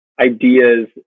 ideas